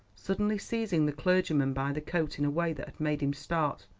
suddenly seizing the clergyman by the coat in a way that made him start.